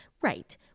Right